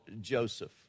Joseph